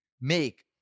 make